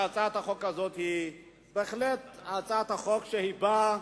הצעת החוק הזאת היא בהחלט הצעת חוק שבאה